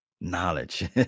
knowledge